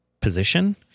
position